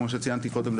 כמו שצייני קודם,